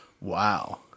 Wow